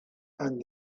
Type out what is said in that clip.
and